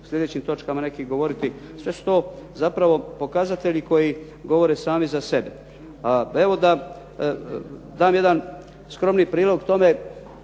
slijedećim točkama neki govoriti. Sve su to zapravo pokazatelji koji govore sami za sebe. Evo da dam jedan skromni prilog tome